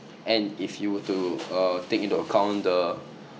and if you were to uh take into account the